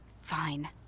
fine